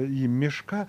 į mišką